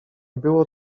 było